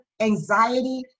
anxiety